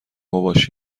ﺧﻮﺭﺩﯾﻢ